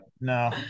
No